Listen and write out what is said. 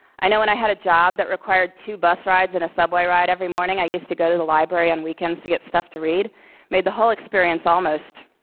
i know when i had a job that required two bus rides and a subway ride every morning, i used to go to the library on weekends to get stuff to read. it made the whole experience almost,